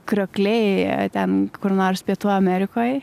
kriokliai ten kur nors pietų amerikoj